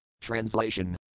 Translation